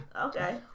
okay